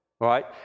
Right